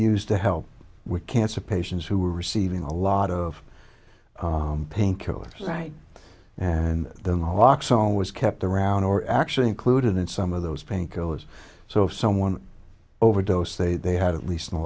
use to help with cancer patients who were receiving a lot of painkillers right and then the locks always kept around or actually included in some of those painkillers so if someone overdose they they had at least